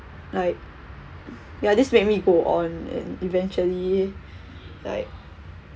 like ya this made me go on and eventually like